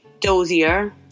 dozier